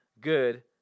good